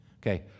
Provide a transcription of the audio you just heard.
okay